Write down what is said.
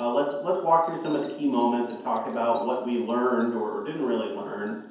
ah let's let's walk through some of the key moments and talk about what we learned or didn't really learn.